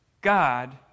God